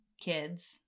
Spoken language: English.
Kids